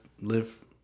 live